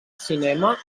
cinema